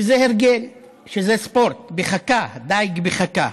שזה הרגל, זה ספורט, דיג בחכה,